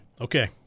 Okay